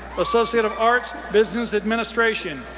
associate of arts, business administration,